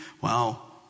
Wow